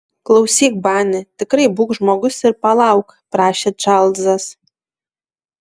klausyk bani tikrai būk žmogus ir palauk prašė čarlzas